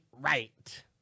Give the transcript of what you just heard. right